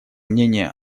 мнение